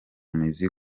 mizi